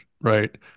right